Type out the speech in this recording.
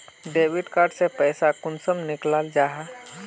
Debit card से पैसा कुंसम निकलाल जाहा?